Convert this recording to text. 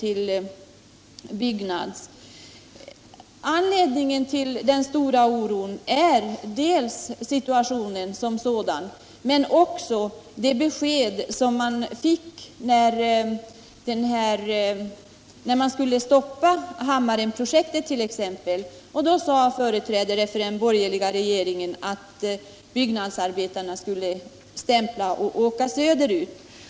trygga sysselsätt Anledningen till den stora oron är i första hand situationen som sådan, = ningen för byggmen också det besked som man fick när Hammaren-projektet skulle nadsarbetare i stoppas. Då sade företrädare för den borgerliga regeringen att byggnads Norrbotten arbetarna skulle stämpla och åka söderut.